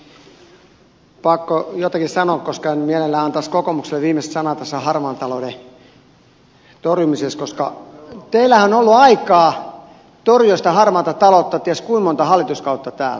on pakko jotakin sanoa koska en mielellään antaisi kokoomukselle viimeistä sanaa tässä harmaan talouden torjumisessa koska teillähän on ollut aikaa torjua sitä harmaata taloutta ties kuinka monta hallituskautta täällä